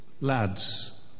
lads